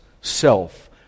self